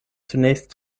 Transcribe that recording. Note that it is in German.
zunächst